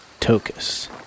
Tokus